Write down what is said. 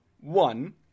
One